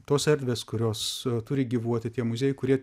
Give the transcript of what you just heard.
tos erdvės kurios turi gyvuoti tie muziejai kurie